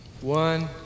One